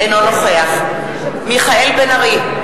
אינו נוכח מיכאל בן-ארי,